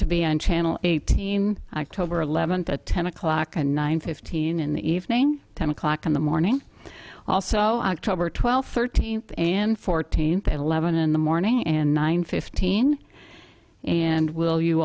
to be on channel eighteen or eleventh a ten o'clock and nine fifteen in the evening ten o'clock in the morning also october twelfth thirteenth and fourteenth at eleven in the morning and nine fifteen and will you